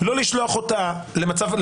לא כי אנחנו רוצים לשבת בתל אביב,